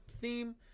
theme